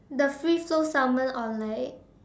the free flow Salmon or like